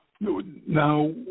now